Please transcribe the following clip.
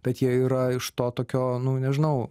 bet jie yra iš to tokio nu nežinau